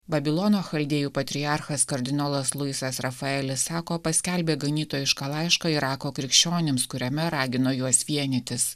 babilono chaldėjų patriarchas kardinolas luisas rafaelis sako paskelbė ganytojišką laišką irako krikščionims kuriame ragino juos vienytis